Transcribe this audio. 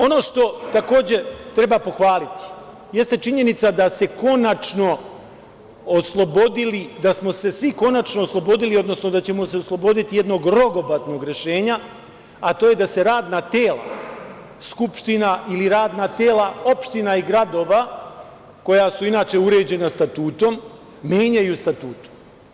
Ono što takođe treba pohvaliti jeste činjenica da smo se svi konačno oslobodili, odnosno da ćemo se osloboditi jednog rogobatnog rešenja, a to je da se radna tela skupština ili radna tela opština i gradova, koja su inače uređena statutom, menjaju statutom.